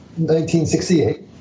1968